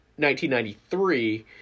1993